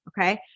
okay